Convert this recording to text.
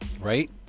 right